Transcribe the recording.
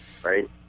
Right